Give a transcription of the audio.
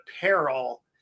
peril